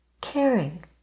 caring